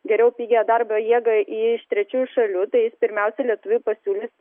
geriau pigią darbo jėgą iš trečiųjų šalių tai jis pirmiausia lietuviui pasiūlys